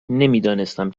نمیدانستم